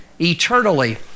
eternally